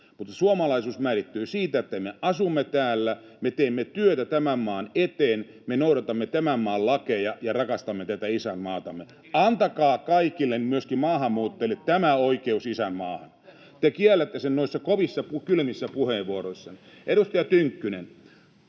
mutta suomalaisuus määrittyy siitä, että me asumme täällä, me teemme työtä tämän maan eteen, me noudatamme tämän maan lakeja ja rakastamme tätä isänmaatamme. Antakaa kaikille, myöskin maahanmuuttajille, tämä oikeus isänmaahan. [Kai Mykkänen: Ehdottomasti!] Te kiellätte sen noissa kovissa, kylmissä puheenvuoroissanne. Edustaja Tynkkynen,